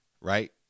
right